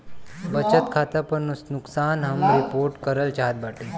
बचत खाता पर नुकसान हम रिपोर्ट करल चाहत बाटी